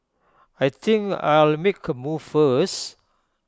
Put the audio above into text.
I think I'll make A move first